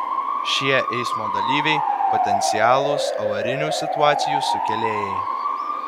šie eismo dalyviai potencialūs avarinių situacijų sukėlėjai